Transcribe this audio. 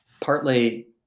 partly